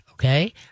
Okay